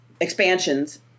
expansions